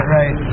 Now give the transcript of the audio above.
right